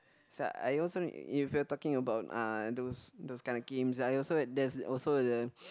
I also if you talking about ah those those kind of games I also there's also the